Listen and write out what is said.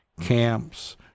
camps